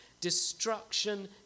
destruction